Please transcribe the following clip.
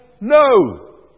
No